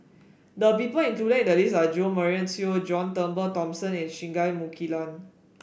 the people included in the list are Jo Marion Seow John Turnbull Thomson and Singai Mukilan